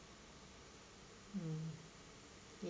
um